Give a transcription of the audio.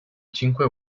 cinque